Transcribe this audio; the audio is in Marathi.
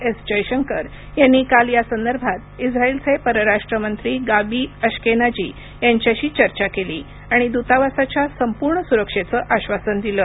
एस जयशंकर यांनी काल या संदर्भात इस्राइलचे परराष्ट्र मंत्री गाबी अशकेनाजी यांच्याशी चर्चा केली आणि दूतावासाच्या संपूर्ण सुरक्षेचं आश्वासन दिलं